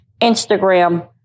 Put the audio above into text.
Instagram